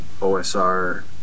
OSR